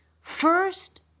First